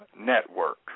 Network